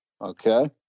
Okay